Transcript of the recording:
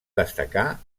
destacar